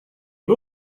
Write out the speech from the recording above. but